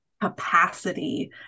capacity